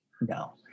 No